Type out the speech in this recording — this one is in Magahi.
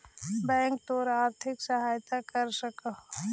बैंक तोर आर्थिक सहायता कर सकलो हे